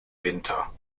winter